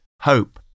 hope